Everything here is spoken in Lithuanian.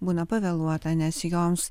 būna pavėluota nes joms